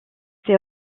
ces